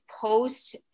post –